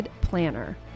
Planner